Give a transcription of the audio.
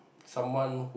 someone